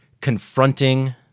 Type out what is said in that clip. confronting